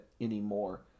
anymore